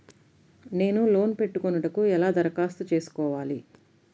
నేను లోన్ పెట్టుకొనుటకు ఎలా దరఖాస్తు చేసుకోవాలి?